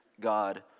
God